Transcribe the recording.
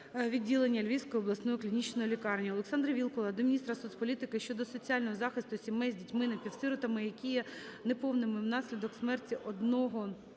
відділення Львівської обласної клінічної лікарні. Олександра Вілкула до міністра соцполітики щодо соціального захисту сімей з дітьми-напівсиротами, які є неповними внаслідок смерті одного